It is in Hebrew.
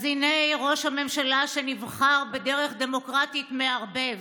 אז הינה, ראש הממשלה, שנבחר בדרך דמוקרטית, מערבב.